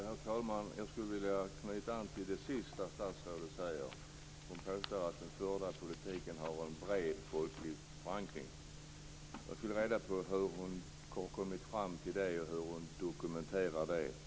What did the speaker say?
Herr talman! Jag skulle vilja knyta an till det statsrådet säger sist. Hon påstår att den förda politiken har en bred folklig förankring. Jag skulle vilja veta hur hon har kommit fram till det och hur hon dokumenterar det.